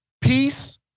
peace